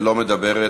לא מדברת.